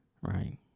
right